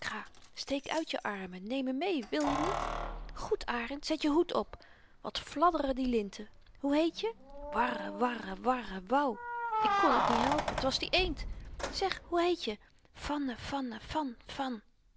kra steek uit je armen neem me mee wilje niet goed arend zet je hoed op wat fladderen die linten hoe heetje warre warre warre wou ik kon t niet helpen t was die eend zeg hoe heetje fanne fanne fan fan